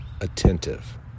attentive